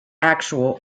actual